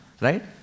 Right